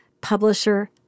publisher